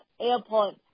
Airport